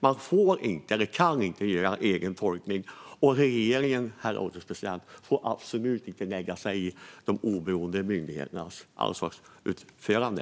Man kan inte göra en egen tolkning. Och regeringen, herr ålderspresident, får absolut inte lägga sig i de oberoende myndigheternas ansvarsutövande.